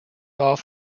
off